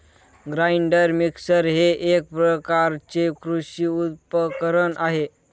grinder mixer हे एक प्रकारचे कृषी उपकरण आहे